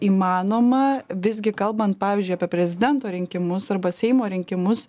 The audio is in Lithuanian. įmanoma visgi kalban pavyzdžiui apie prezidento rinkimus arba seimo rinkimus